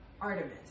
Artemis